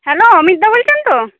hello Amit দা বলছেন তো